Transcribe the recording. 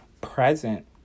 present